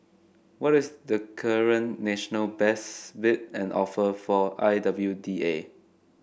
what is the current national best bid and offer for I W D A